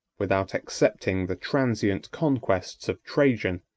without excepting the transient conquests of trajan,